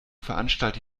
veranstalte